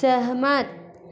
सहमत